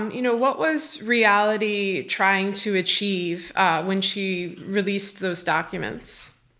and you know what was reality trying to achieve when she released those documents?